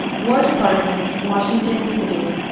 war department, washington city,